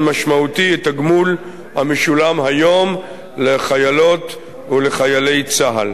משמעותי את הגמול המשולם היום לחיילות ולחיילי צה"ל.